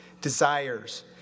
desires